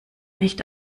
nicht